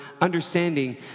understanding